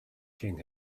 king